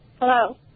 Hello